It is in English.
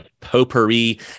potpourri